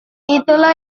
itulah